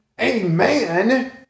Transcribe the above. Amen